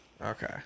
okay